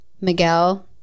Miguel